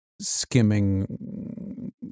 skimming